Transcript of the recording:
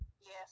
Yes